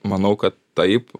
manau kad taip